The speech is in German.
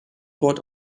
wort